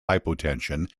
hypotension